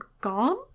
gone